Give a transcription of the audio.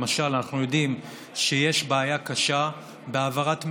למשל, אנחנו יודעים שיש בעיה קשה בהעברת מידע: